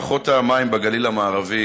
מערכות המים בגליל המערבי,